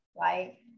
right